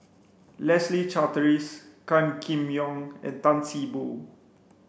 Leslie Charteris Gan Kim Yong and Tan See Boo